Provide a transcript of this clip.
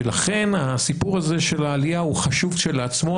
לכן הסיפור הזה של העלייה הוא חשוב כשלעצמו,